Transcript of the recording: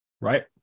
right